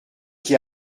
qui